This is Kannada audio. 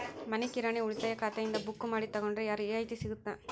ಮನಿ ಕಿರಾಣಿ ಉಳಿತಾಯ ಖಾತೆಯಿಂದ ಬುಕ್ಕು ಮಾಡಿ ತಗೊಂಡರೆ ರಿಯಾಯಿತಿ ಸಿಗುತ್ತಾ?